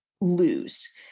lose